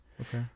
Okay